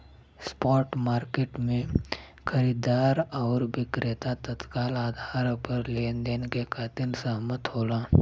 spot market में खरीदार आउर विक्रेता तत्काल आधार पर लेनदेन के खातिर सहमत होलन